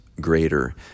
greater